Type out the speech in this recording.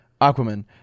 Aquaman